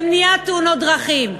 במניעת תאונות דרכים,